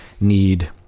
need